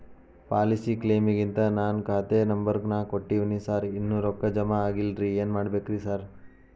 Policy ಕ್ಲೇಮಿಗಂತ ನಾನ್ ಖಾತೆ ನಂಬರ್ ನಾ ಕೊಟ್ಟಿವಿನಿ ಸಾರ್ ಇನ್ನೂ ರೊಕ್ಕ ಜಮಾ ಆಗಿಲ್ಲರಿ ಏನ್ ಮಾಡ್ಬೇಕ್ರಿ ಸಾರ್?